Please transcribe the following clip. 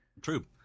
True